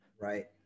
Right